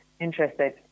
interested